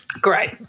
Great